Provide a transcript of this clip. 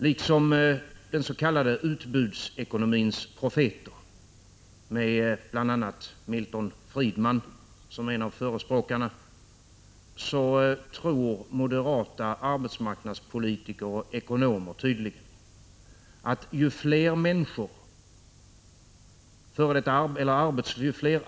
Liksom den s.k. utbudsekonomins profeter, med bl.a. Milton Friedman som en av förespråkarna, så tror moderata arbetsmarknadspolitiker och ekonomer tydligen, att ju fler arbetslösa människor som bjuder ut sig på Prot.